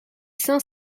cinq